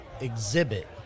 exhibit